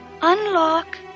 unlock